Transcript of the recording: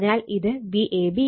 അതിനാൽ ഇത് VabVp എന്നാണ്